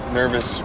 nervous